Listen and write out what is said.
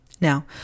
Now